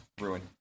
Ruin